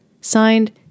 signed